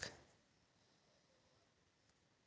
गांठ आवरण स कटी फसल वातावरनेर नमी स बचे रह छेक